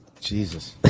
Jesus